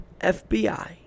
FBI